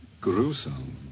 gruesome